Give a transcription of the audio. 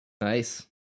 Nice